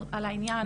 למנכ"ל.